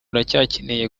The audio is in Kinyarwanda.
uracyakeneye